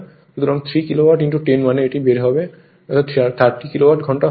সুতরাং 3 কিলোওয়াট 10 মানে এটি বের হবে অর্থাৎ 30 কিলোওয়াট ঘন্টা হবে